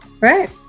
Right